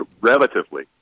relatively